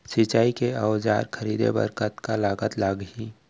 सिंचाई के औजार खरीदे बर कतका लागत लागही?